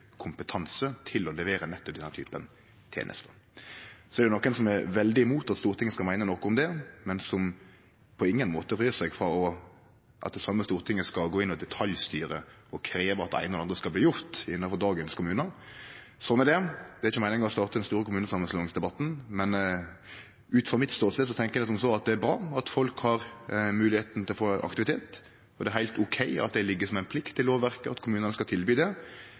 kompetanse til å levere nettopp den typen tenester. Så er det nokon som er veldig imot at Stortinget skal meine noko om det, men som på ingen måte frir seg frå at Stortinget skal gå inn og detaljstyre og krevje at det eine og det andre skal bli gjort innanfor dagens kommunar. Slik er det – det var ikkje meininga å starte den store kommunesamanslåingsdebatten, men frå min ståstad tenkjer eg det er bra at folk har moglegheita til å få aktivitet, og det er heilt ok at det ligg som ei plikt i lovverket at kommunane skal tilby det,